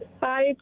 hi